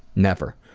never.